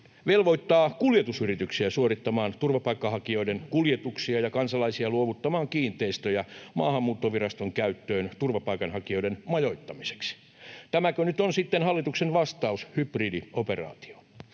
velvoittaa kuljetusyrityksiä suorittamaan turvapaikanhakijoiden kuljetuksia ja kansalaisia luovuttamaan kiinteistöjä Maahanmuuttoviraston käyttöön turvapaikanhakijoiden majoittamiseksi. Tämäkö nyt on sitten hallituksen vastaus hybridioperaatioon?